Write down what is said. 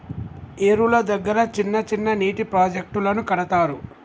ఏరుల దగ్గర చిన్న చిన్న నీటి ప్రాజెక్టులను కడతారు